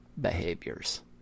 behaviors